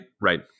Right